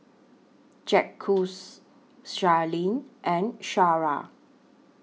Jacquez Sherlyn and Shara